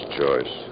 choice